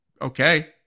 okay